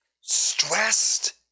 stressed